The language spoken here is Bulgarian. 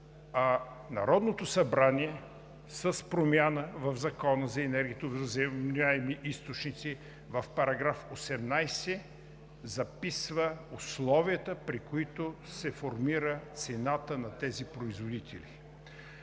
а Народното събрание с промяна в Закона за енергията от възобновяеми източници в § 18 записва условията, при които се формира цената на тези производители.